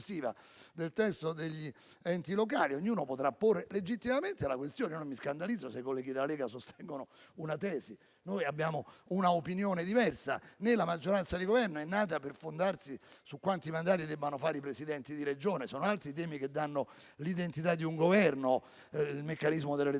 del testo degli enti locali, ognuno potrà porre legittimamente la questione. Io non mi scandalizzo se i colleghi della Lega sostengono una tesi e noi abbiamo una opinione diversa, né la maggioranza di Governo è nata per fondarsi su quanti mandali debbano fare i Presidenti di Regione. Sono altri i temi che danno l'identità di un Governo: il meccanismo delle elezioni